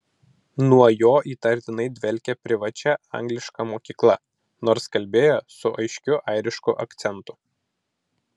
nuo jo įtartinai dvelkė privačia angliška mokykla nors kalbėjo su aiškiu airišku akcentu